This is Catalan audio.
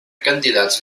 candidats